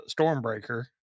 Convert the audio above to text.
Stormbreaker